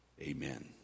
Amen